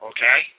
Okay